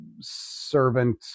servant